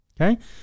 Okay